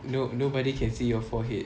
no nobody can see your forehead